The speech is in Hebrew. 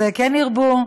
אז כן ירבו,